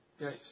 Yes